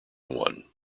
one